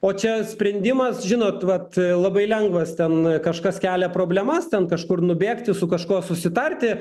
o čia sprendimas žinot vat labai lengvas ten kažkas kelia problemas ten kažkur nubėgti su kažkuo susitarti